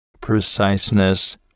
preciseness